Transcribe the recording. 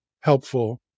helpful